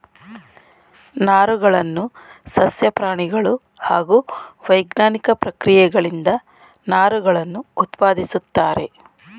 ನಾರುಗಳನ್ನು ಸಸ್ಯ ಪ್ರಾಣಿಗಳು ಹಾಗೂ ವೈಜ್ಞಾನಿಕ ಪ್ರಕ್ರಿಯೆಗಳಿಂದ ನಾರುಗಳನ್ನು ಉತ್ಪಾದಿಸುತ್ತಾರೆ